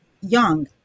young